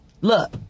look